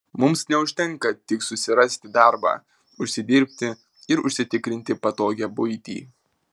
mums neužtenka tik susirasti darbą užsidirbti ir užsitikrinti patogią buitį